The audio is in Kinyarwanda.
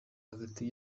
hagati